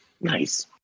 Nice